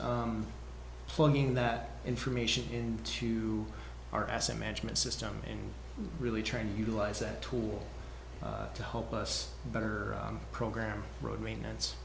that plugging that information into to our asset management system and really trying to utilize that tool to help us better program road maintenance